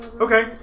Okay